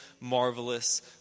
marvelous